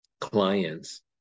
clients